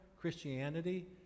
Christianity